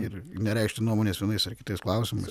ir nereikšti nuomonės vienais ar kitais klausimais